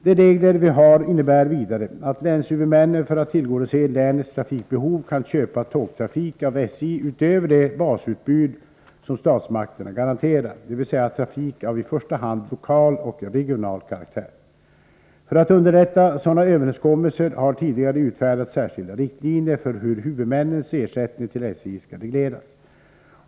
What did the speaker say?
De regler vi har innebär att länshuvudmännen för att tillgodose länets trafikbehov kan köpa tågtrafik av SJ utöver det basutbud som statsmakterna garanterar, dvs. trafik av i första hand lokal och regional karaktär. För att underlätta sådana överenskommelser har tidigare utfärdats särskilda riktlinjer för hur huvudmännens ersättning till SJ skall regleras.